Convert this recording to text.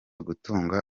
gutunga